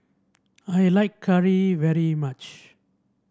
I like curry very much